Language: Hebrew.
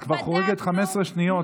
את כבר חורגת ב-15 שניות.